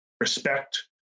respect